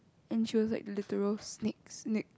and she was like literal snakes snake